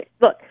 look